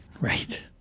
right